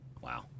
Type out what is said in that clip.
Wow